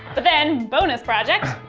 but then, bonus project.